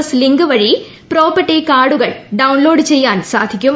S link വഴി property കാർഡുകൾ download ചെയ്യാൻ സാധിക്കും